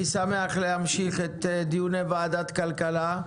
אני שמח להמשיך את דיוני ועדת כלכלה,